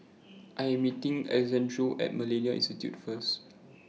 I Am meeting Alexandro At Millennia Institute First